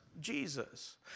Jesus